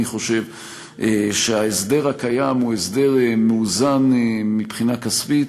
אני חושב שההסדר הקיים הוא הסדר מאוזן מבחינה כספית,